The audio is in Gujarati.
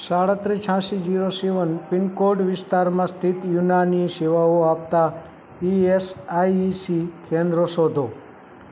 સાડત્રિસ છ્યાશી જીરો સેવન પિનકોડ વિસ્તારમાં સ્થિત યુનાની સેવાઓ આપતાં ઇ એસ આઇ સી કેન્દ્રો શોધો